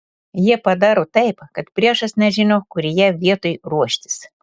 jie padaro taip kad priešas nežino kurioje vietoj ruoštis